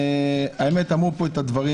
למען האמת אמרו פה את הדברים.